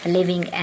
living